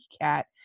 Cat